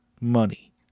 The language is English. money